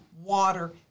water